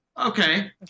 okay